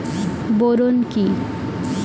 Boron কি?